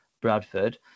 Bradford